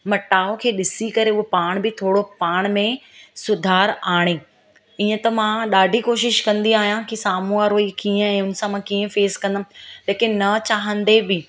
मटाउ खे ॾिसी करे उहो पाण बि थोरो पाण में सुधारु आणे हीअं त मां ॾाढी कोशिशि कंदी आहियां की साम्हूं वारो ई कीअं आहे हुन सां मां कीअं फेस कंदमि लेकिन न चाहींदे बि